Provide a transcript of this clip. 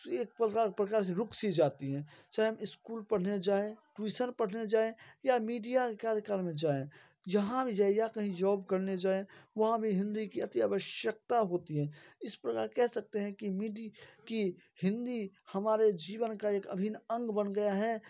एक प्रकार प्रकार रुक सी जाती है चाहे स्कूल पढ़ने जाएँ ट्यूशन पढ़ने जाएँ या मीडिया कार्यक्रम में जाएँ जहाँ भी जाएगा कहीं जॉब करने जाएँ वहाँ भी हिंदी की अति आवश्यकता होती है इस प्रकार कह सकते हैं कि मिडी की हिंदी हमारे जीवन का एक अभिन्न अंग बन गया है